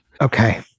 okay